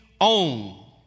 own